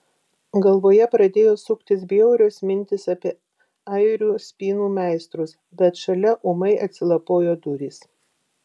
galvoje pradėjo suktis bjaurios mintys apie airių spynų meistrus bet šalia ūmai atsilapojo durys